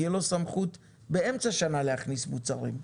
תהיה לו סמכות באמצע שנה להכניס מוצרים.